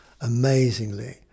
amazingly